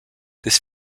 this